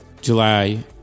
July